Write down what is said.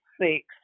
six